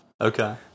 Okay